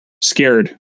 scared